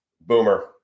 boomer